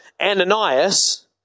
Ananias